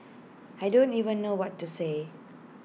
I don't even know what to say